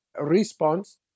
response